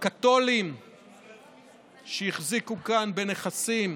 הקתולים שהחזיקו כאן בנכסים,